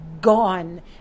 Gone